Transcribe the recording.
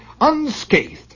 unscathed